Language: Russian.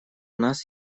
нас